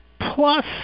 plus